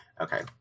Okay